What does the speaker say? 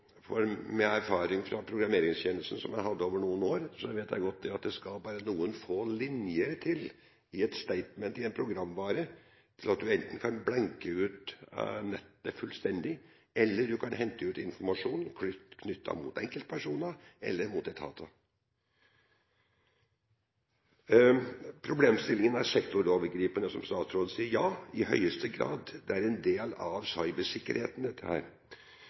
Med den erfaringen fra programmeringstjenester som jeg hadde over noen år, vet jeg godt at det skal bare noen få linjer i et «statement» i en programvare til for at man enten kan «blanke» ut nettet fullstendig, eller at du kan hente ut informasjon knyttet til enkeltpersoner eller til etater. Problemstillingen er sektorovergripende, som statsråden sier. Ja, i høyeste grad – dette er en del av cybersikkerheten.